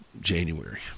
january